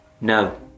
No